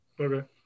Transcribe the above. Okay